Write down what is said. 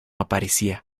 aparecía